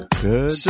good